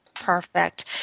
Perfect